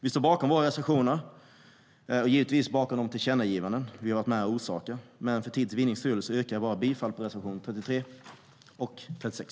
Vi står bakom våra reservationer och de tillkännagivanden vi har varit delaktiga i, men för tids vinnande yrkar jag bifall bara till reservationerna 33 och 36.